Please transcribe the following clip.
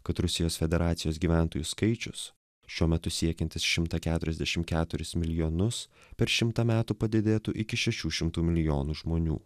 kad rusijos federacijos gyventojų skaičius šiuo metu siekiantis šimtą keturiasdešim keturis milijonus per šimtą metų padidėtų iki šešių šimtų milijonų žmonių